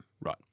Right